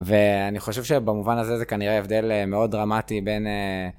ואני חושב שבמובן הזה זה כנראה הבדל מאוד דרמטי בין.